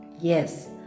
Yes